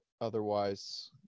Otherwise